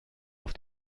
auf